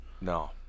no